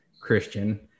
christian